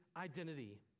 identity